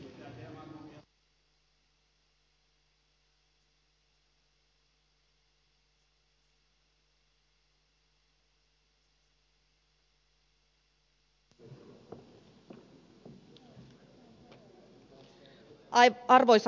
arvoisa herra puhemies